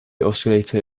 oscillator